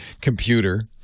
computer